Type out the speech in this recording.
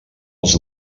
els